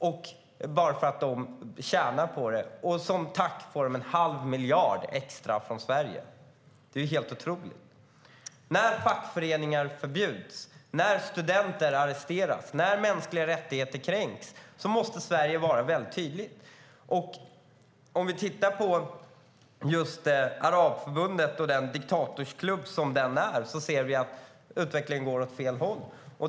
De tjänar ju på det, för som tack får de en halv miljard extra från Sverige. Det är helt otroligt.I diktatorsklubben Arabförbundet går utvecklingen åt fel håll.